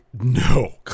No